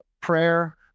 prayer